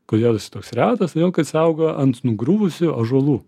kodėl toks retas todėl kad jis auga ant nugriuvusių ąžuolų